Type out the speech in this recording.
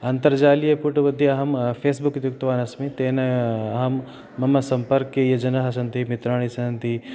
अन्तर्जालीयपुटमध्ये अहं फ़ेसबुक् इति उक्तवान् अस्मि तेन अहं मम सम्पर्के ये जनाः सन्ति मित्राणि सन्ति